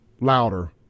louder